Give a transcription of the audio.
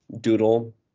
doodle